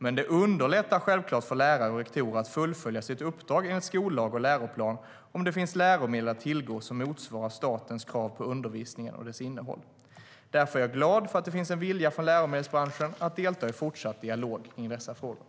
Men det underlättar för lärare och rektorer att fullfölja sitt uppdrag enligt skollag och läroplan om det finns läromedel att tillgå som motsvarar statens krav på undervisningen och dess innehåll. Därför är jag glad för att det finns en vilja hos läromedelsbranschen att delta i fortsatt dialog kring dessa frågor.